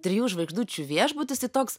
trijų žvaigždučių viešbutis tai toks